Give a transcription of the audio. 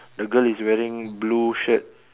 the girl is wearing blue shirt